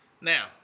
Now